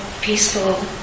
peaceful